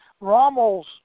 Rommel's